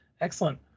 Excellent